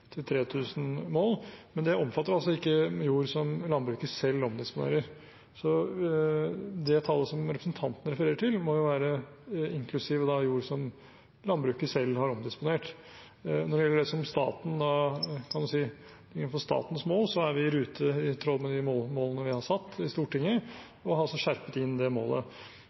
til 3 000 dekar. Men det omfatter ikke jord som landbruket selv omdisponerer. Så det tallet som representanten refererer, må jo da være inklusiv jord som landbruket selv har omdisponert. Når det gjelder statens mål, er vi i rute i tråd med de målene vi har satt i Stortinget, og har altså skjerpet inn det målet.